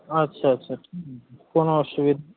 আচ্ছা আচ্ছা কোনও অসুবিধ